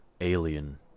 alien